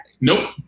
Nope